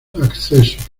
accesos